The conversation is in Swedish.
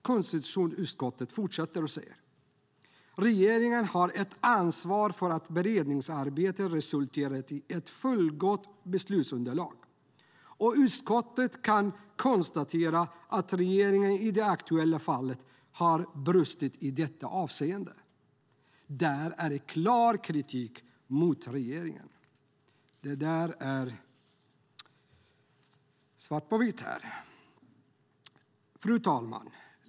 Konstitutionsutskottet säger vidare: "Regeringen har ett ansvar för att beredningsarbetet resulterar i ett fullgott beslutsunderlag, och utskottet kan konstatera att regeringen i det aktuella fallet har brustit i detta avseende." Det är en klar kritik mot regeringen. Det är svart på vitt här. Fru talman!